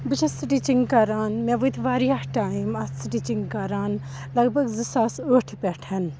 بہٕ چھَس سٹِچِنٛگ کَران مےٚ وٲتۍ واریاہ ٹایِم اَتھ سٹِچِنٛگ کَران لَگ بَگ زٕ ساس ٲٹھہِ پٮ۪ٹھ